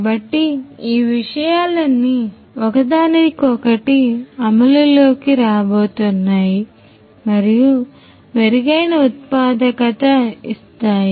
కాబట్టి ఈ విషయాలన్నీ ఒకదానికొకటి అమలులోకి రాబోతున్నాయి మరియు మెరుగైన ఉత్పాదకత ఇస్తాయి